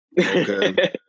okay